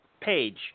page